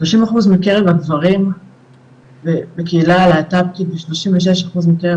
30% מקרב הגברים בקהילה הלהט"בקית ו-36% מקרב